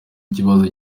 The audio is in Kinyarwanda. ikibazo